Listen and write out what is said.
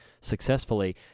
successfully